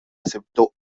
aceptó